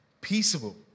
Peaceable